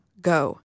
go